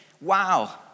Wow